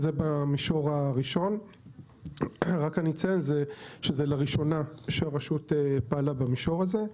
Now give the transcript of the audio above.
אני רק אציין שזה לראשונה שהרשות פעלה במישור הזה.